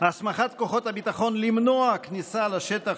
הסמכת כוחות הביטחון למנוע כניסה לשטח